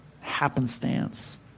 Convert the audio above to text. happenstance